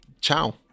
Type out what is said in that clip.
ciao